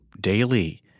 daily